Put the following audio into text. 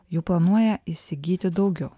jų planuoja įsigyti daugiau